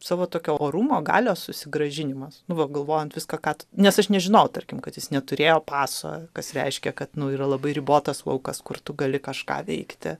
savo tokio orumo galios susigrąžinimas buvo galvojant viską kad nes aš nežinau tarkim kad jis neturėjo paso kas reiškia kad yra labai ribotas laukas kur tu gali kažką veikti